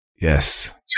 Yes